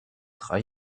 drei